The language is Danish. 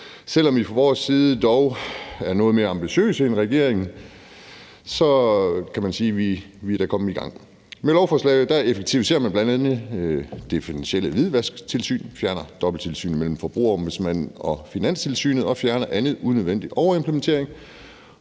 selv om vi fra vores side dog er noget mere ambitiøse end regeringen, kan man sige, at vi da er kommet i gang. Med lovforslaget effektiviserer man bl.a. det finansielle hvidvasktilsyn, fjerner dobbelttilsynet mellem Forbrugerombudsmanden og Finanstilsynet og fjerner anden unødvendig overimplementering.